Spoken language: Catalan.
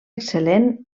excel·lent